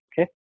Okay